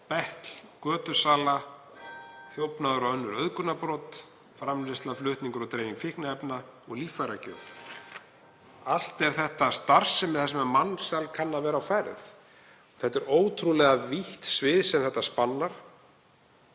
betl, götusölu, þjófnað og önnur auðgunarbrot, framleiðslu, flutning og dreifingu fíkniefna og líffæragjöf. Allt er þetta starfsemi þar sem mansal kann að vera á ferð. Það er ótrúlega vítt svið og segir okkur